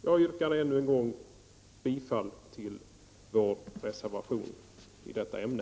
Jag yrkar ännu en gång bifall till vår reservation i detta ämne.